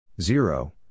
Zero